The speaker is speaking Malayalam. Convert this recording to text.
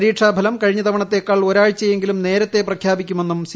പരീക്ഷ ഫലം കഴിഞ്ഞ തവണത്തേക്കാൾ ഒരാഴ്ചയെങ്കിലും നേരത്തെ പ്രഖ്യാപിക്കുമെന്നും സി